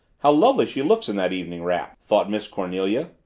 how lovely she looks in that evening wrap! thought miss cornelia.